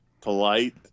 Polite